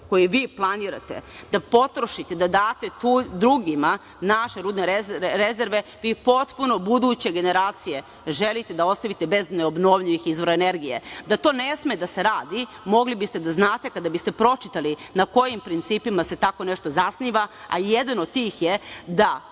koji vi planirate da potrošite, da date drugima naše rudne rezerve, vi potpuno buduće generacije želite da ostavite bez neobnovljivih izvora energije. Da to ne sme da se radi, mogli biste da znate kada biste pročitali na kojim principima se tako nešto zasniva, a jedan od tih je da